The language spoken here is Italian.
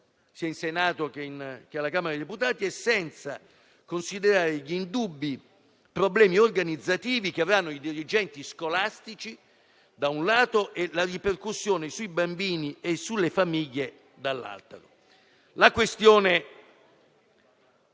sia in Senato che alla Camera dei deputati, e senza considerare gli indubbi problemi organizzativi che avranno i dirigenti scolastici, da un lato, e la ripercussione sui bambini e sulle famiglie, dall'altro. La questione